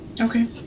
Okay